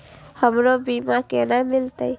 हमरो बीमा केना मिलते?